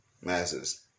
masses